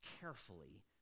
carefully